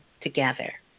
together